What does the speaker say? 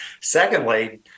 Secondly